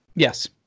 Yes